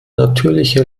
natürliche